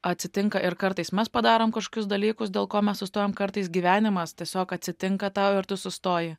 atsitinka ir kartais mes padarom kažkokius dalykus dėl ko mes sustojom kartais gyvenimas tiesiog atsitinka tau ir tu sustoji